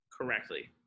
correctly